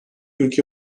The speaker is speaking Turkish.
ülke